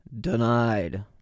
denied